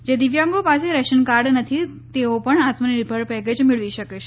જે દિવ્યાંગો પાસે રેશનકાર્ડ નથી તેઓ પણ આત્મનિર્ભર પેકેજ મેળવી શકે છે